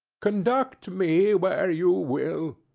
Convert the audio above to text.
conduct me where you will.